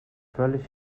völlig